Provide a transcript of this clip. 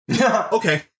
okay